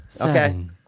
Okay